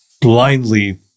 blindly